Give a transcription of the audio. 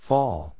Fall